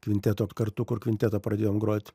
kvinteto kartu kur kvintetą pradėjom groti